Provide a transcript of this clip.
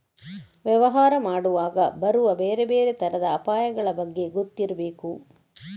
ವ್ಯವಹಾರ ಮಾಡುವಾಗ ಬರುವ ಬೇರೆ ಬೇರೆ ತರದ ಅಪಾಯಗಳ ಬಗ್ಗೆ ಗೊತ್ತಿರ್ಬೇಕು